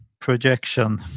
projection